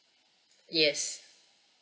yes